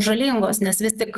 žalingos nes vis tik